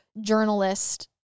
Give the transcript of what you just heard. journalist